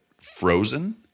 frozen